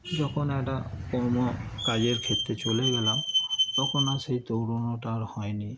যখন একটা কর্ম কাজের ক্ষেত্তে চলে গেলাম তখন আর সেই দৌড়োনোটা আর হয়নি